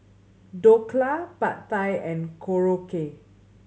Dhokla Pad Thai and Korokke